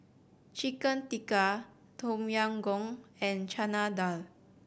Chicken Tikka Tom Yam Goong and Chana Dal